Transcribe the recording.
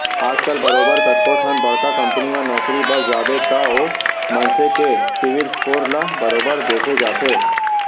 आजकल बरोबर कतको ठन बड़का कंपनी म नौकरी बर जाबे त ओ मनसे के सिविल स्कोर ल बरोबर देखे जाथे